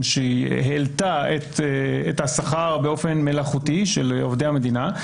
שהעלתה את השכר באופן מלאכותי של עובדי המדינה,